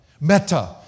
Meta